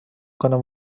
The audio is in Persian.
کنم